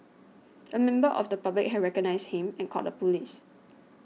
a member of the public had recognised him and called the police